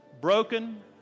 broken